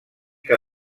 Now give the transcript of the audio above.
que